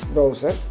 Browser